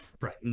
right